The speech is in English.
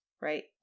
right